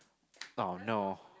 oh no